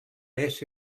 less